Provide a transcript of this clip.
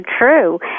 true